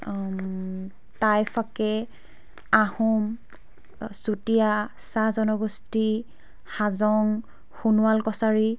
টাই ফাকে আহোম চুতীয়া চাহ জনগোষ্ঠী হাজং সোনোৱাল কছাৰী